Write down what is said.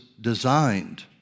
designed